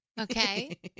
Okay